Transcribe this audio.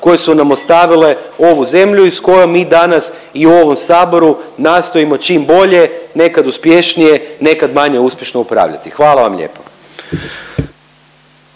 koje su nam ostavile ovu zemlju i s kojom mi danas i u ovom Saboru nastojimo čim bolje, nekad uspješnije, nekad manje uspješno upravljati. Hvala vam lijepo.